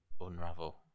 unravel